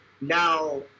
now